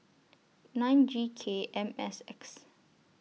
nine G K M S X